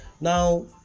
now